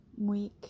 week